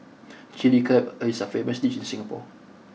chilli crab is a famous dish in Singapore